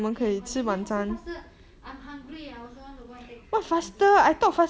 K continue faster faster I'm hungry I also want to go and take my dinner